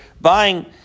buying